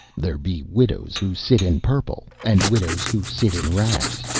there be widows who sit in purple, and widows who sit in rags.